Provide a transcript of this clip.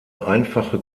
einfache